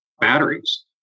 batteries